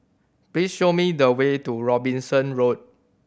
please show me the way to Robinson Road